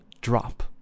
drop